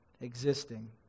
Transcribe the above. existing